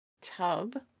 tub